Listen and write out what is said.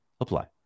apply